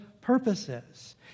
purposes